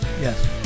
Yes